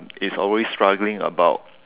is always struggling about